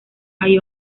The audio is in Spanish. hay